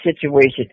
situation